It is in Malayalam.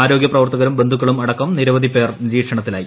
ആരോഗ്യ പ്രവർത്ത്കരും ബന്ധുക്കളും അടക്കം നിരവധി പേർ നിരീക്ഷണത്തില്ലായി